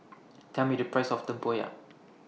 Tell Me The Price of Tempoyak